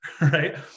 right